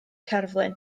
cerflun